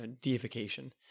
deification